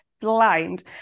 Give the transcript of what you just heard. blind